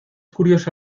curiosa